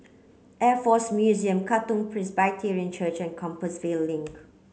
Air Force Museum Katong Presbyterian Church Compassvale Link